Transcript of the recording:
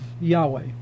Yahweh